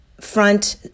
front